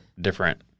different